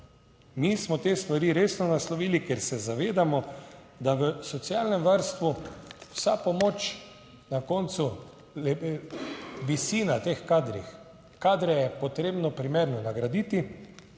Mi smo te stvari resno naslovili, ker se zavedamo, da v socialnem varstvu vsa pomoč na koncu visi na teh kadrih, kadre je potrebno primerno nagraditi